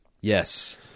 Yes